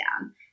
down